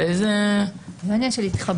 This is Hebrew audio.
זה לא עניין של התחברנו.